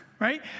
right